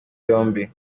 yombi